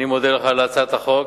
אני מודה לך על הצעת החוק.